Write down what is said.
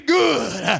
good